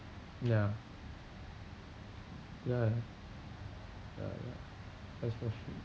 ya ya ya ya especially